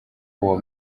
uwo